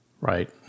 right